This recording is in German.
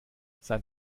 sein